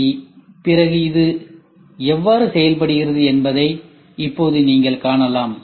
சரி பிறகு அது எவ்வாறு செய்யப்படுகிறது என்பதை இப்போது நீங்கள் காணலாம்